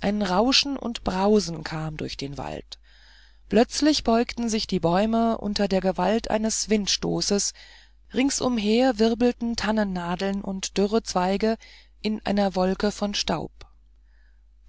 ein rauschen und brausen kam durch den wald plötzlich beugten sich die bäume unter der gewalt eines windstoßes ringsumher wirbelten tannennadeln und dürre zweige in einer wolke von staub